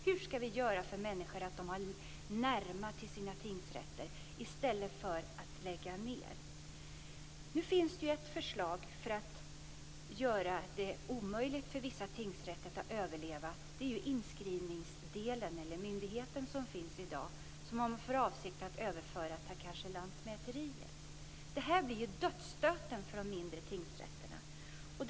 Hur skall vi göra för att människor skall ha nära till sina tingsrätter, i stället för att lägga ned dem? Nu finns det ett förslag som gör det omöjligt för vissa tingsrätter att överleva, och det är avsikten att överföra inskrivningsmyndigheten, kanske till lantmäteriet. Det blir dödsstöten för de mindre tingsrätterna.